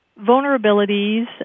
vulnerabilities